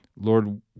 Lord